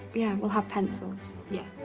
yeah, we'll have pencils. yeah.